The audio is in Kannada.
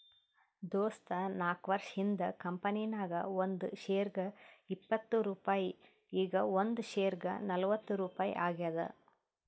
ದೋಸ್ತ ನಾಕ್ವರ್ಷ ಹಿಂದ್ ಕಂಪನಿ ನಾಗ್ ಒಂದ್ ಶೇರ್ಗ ಇಪ್ಪತ್ ರುಪಾಯಿ ಈಗ್ ಒಂದ್ ಶೇರ್ಗ ನಲ್ವತ್ ರುಪಾಯಿ ಆಗ್ಯಾದ್